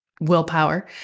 willpower